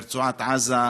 ברצועת-עזה,